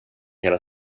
hela